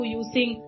using